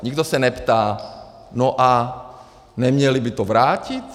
Nikdo se neptá: No a neměli by to vrátit?